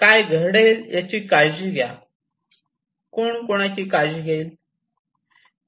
काय घडेल याची काळजी घ्या कोण कोणाची काळजी घेईल